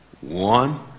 one